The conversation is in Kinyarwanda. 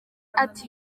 ati